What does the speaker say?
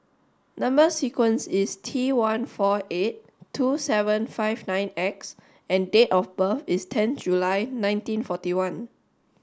number sequence is T one four eight two seven five nine X and date of birth is ten July nineteen forty one